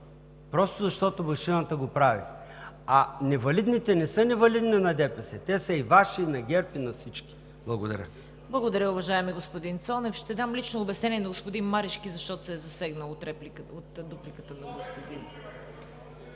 просто защото машината го прави. Невалидните не са невалидни на ДПС. Те са и Ваши, и на ГЕРБ, и на всички. Благодаря. ПРЕДСЕДАТЕЛ ЦВЕТА КАРАЯНЧЕВА: Благодаря, уважаеми господин Цонев. Ще дам лично обяснение на господин Марешки, защото се е засегнал от дупликата на господин